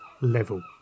level